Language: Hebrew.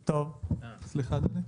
אדוני,